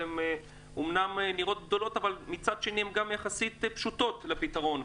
הן אמנם נראות גדולות אבל מצד שני הן גם יחסית פשוטות לפתרון.